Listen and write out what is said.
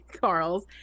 Carl's